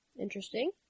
Interesting